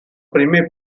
primer